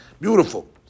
beautiful